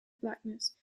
blackness